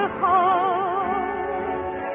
heart